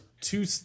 two